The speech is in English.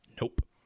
Nope